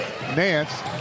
Nance